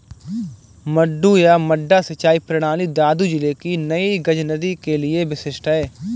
मद्दू या मड्डा सिंचाई प्रणाली दादू जिले की नई गज नदी के लिए विशिष्ट है